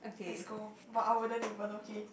let's go but I wouldn't even okay